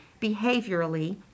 behaviorally